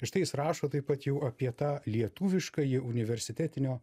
ir štai jis rašo taip pat jau apie tą lietuviškąjį universitetinio